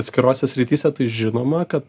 atskirose srityse tai žinoma kad